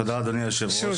תודה אדוני יושב הראש,